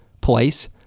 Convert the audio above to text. place